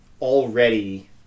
already